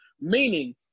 meaning